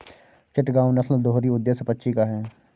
चिटगांव नस्ल दोहरी उद्देश्य पक्षी की है